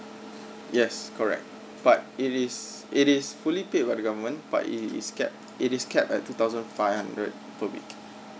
yes correct but it is it is fully paid by the government but it is capped it is capped at two thousand five hundred per week